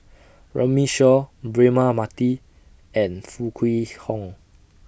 Runme Shaw Braema Mathi and Foo Kwee Horng